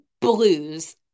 Blues